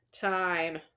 time